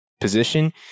position